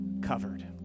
covered